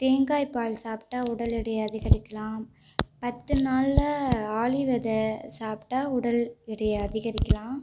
தேங்காய் பால் சாப்பிட்டா உடல் எடையை அதிகரிக்கலாம் பத்து நாளில் ஆளி வித சாப்பிட்டா உடல் எடையை அதிகரிக்கலாம்